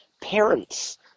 parents